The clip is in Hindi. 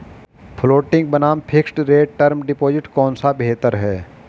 फ्लोटिंग बनाम फिक्स्ड रेट टर्म डिपॉजिट कौन सा बेहतर है?